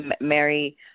Mary